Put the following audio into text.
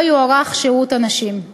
לא יוארך שירות הנשים.